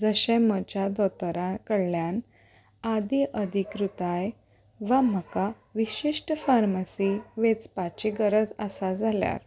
जशें म्हज्या दोतोर कडल्यान आदी अधिकृताय वा म्हाका विशिश्ट फार्मसी वेंचपाची गरज आसा जाल्यार